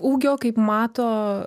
ūgio kaip mato